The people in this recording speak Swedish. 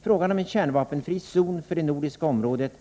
Frågan om en kärnvapenfri zon för det nordiska området